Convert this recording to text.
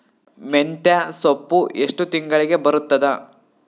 ಮೆಂತ್ಯ ಸೊಪ್ಪು ಎಷ್ಟು ತಿಂಗಳಿಗೆ ಬರುತ್ತದ?